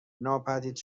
ناپدید